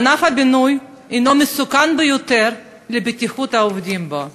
ענף הבינוי הנו מסוכן ביותר לבטיחות העובדים בו: